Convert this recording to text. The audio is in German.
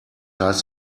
heißt